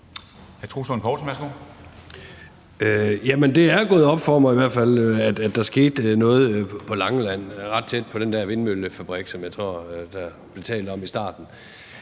det er gået op for mig, i hvert fald at der skete noget på Langeland ret tæt på den der vindmøllefabrik, som jeg tror der blev talt om i starten